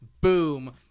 boom